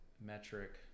metric